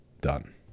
done